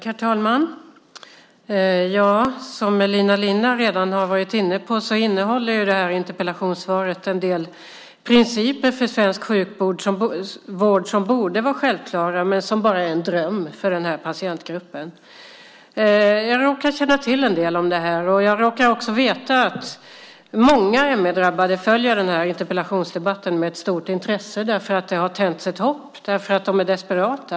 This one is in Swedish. Herr talman! Som Elina Linna redan har tagit upp innehåller interpellationssvaret en del principer för svensk sjukvård som borde vara självklara men som bara är en dröm för den här patientgruppen. Jag råkar känna till en del om det här. Jag råkar också veta att många ME-drabbade följer den här interpellationsdebatten med stort intresse för att det har tänts ett hopp hos dem. De är desperata.